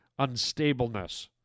unstableness